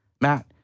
Matt